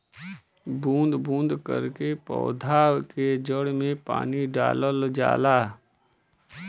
बूंद बूंद करके पौधा के जड़ में पानी डालल जाला